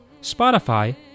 Spotify